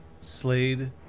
Slade